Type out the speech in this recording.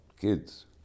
kids